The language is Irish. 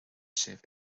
sibh